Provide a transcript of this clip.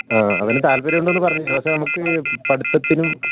അവനു താല്പര്യം ഉണ്ടെന്നു പറഞ്ഞിരുന്നു പക്ഷെ നമ്മൾക്ക് പഠിത്തത്തിനും